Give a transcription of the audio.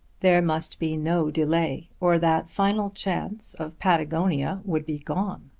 there must be no delay, or that final chance of patagonia would be gone.